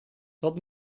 dat